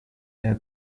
their